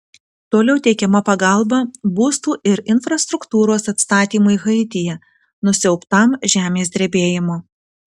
toliau teikiama pagalba būstų ir infrastruktūros atstatymui haityje nusiaubtam žemės drebėjimo